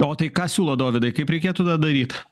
o tai ką siūlot dovydai kaip reikėtų tada daryt